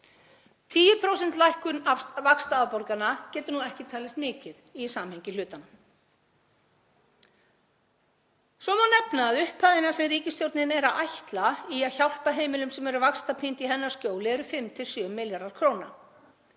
10% lækkun vaxtaafborgana getur nú ekki talist mikið í samhengi hlutanna. Svo má nefna að upphæðirnar sem ríkisstjórnin er að ætla í að hjálpa heimilum sem eru vaxtapínd í hennar skjóli eru 5–7 milljarðar kr.